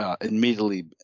immediately